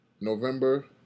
November